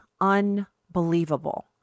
unbelievable